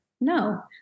No